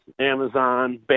Amazon